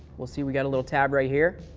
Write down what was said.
we'll see we got a little tab right here.